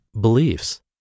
beliefs